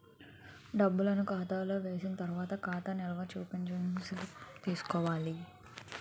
డబ్బులను ఖాతాలో వేసిన తర్వాత ఖాతా నిల్వని చూపించే స్లిప్ తీసుకోవాలి